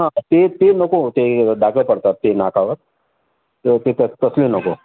हां ते ते नको ते डाग पडतात ते नाकावर तर ते तर तसले नको